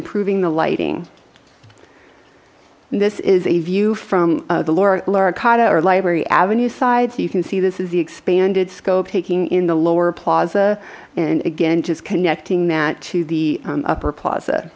improving the lighting this is a view from the laura laura kata or library avenue side so you can see this is the expanded scope taking in the lower plaza and again just connecting that to the upper plaza